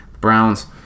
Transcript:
Browns